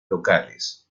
locales